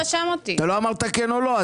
לא אמרת כן או לא.